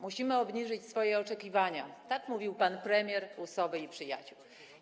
Musimy obniżyć swoje oczekiwania - tak mówił pan premier u Sowy i Przyjaciół.